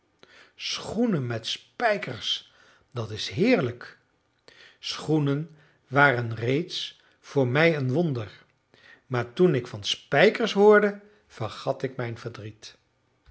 schoenen met spijkers dat is heerlijk schoenen waren reeds voor mij een wonder maar toen ik van spijkers hoorde vergat ik mijn verdriet